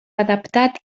adaptat